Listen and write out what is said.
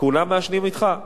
כולם מעשנים אתך.